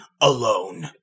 Alone